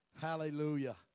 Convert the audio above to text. Hallelujah